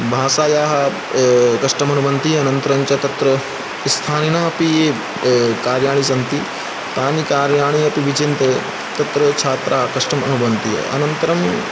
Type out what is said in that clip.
भाषायाः कष्टम् अनुभवन्ति अनन्तरञ्च तत्र स्थानिनापि ये कार्याणि सन्ति तानि कार्याणि अपि विचिन्त्य तत्र छात्राः कष्टम् अनुभवन्ति अनन्तरं